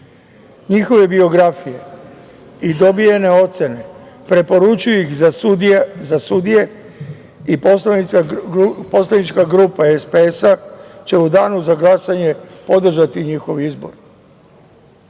Njihove biografije i dobijene ocene preporučuju ih za sudije i poslanička grupa SPS će u danu za glasanje podržati njihov izbor. Mi